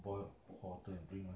boil hot water and drink mah